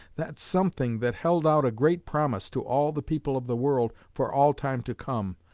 that something that held out a great promise to all the people of the world for all time to come,